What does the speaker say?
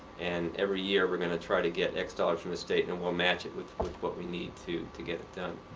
and every year we're going to try to get x dollars from the state and we'll match it with what we need to to get it done.